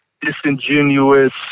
disingenuous